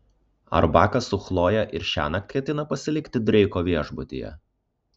ar bakas su chloje ir šiąnakt ketina pasilikti dreiko viešbutyje